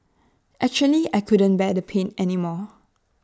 actually I couldn't bear the pain anymore